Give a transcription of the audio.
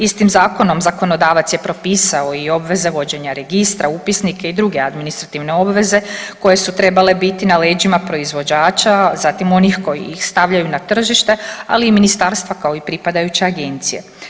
Istim zakonom zakonodavac je propisao i obveze vođenja registra, upisnike i druge administrativne obveze koje su trebale biti na leđima proizvođača, zatim onih koji ih stavljaju na tržište, ali i Ministarstva, kao i pripadajuće Agencije.